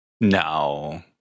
No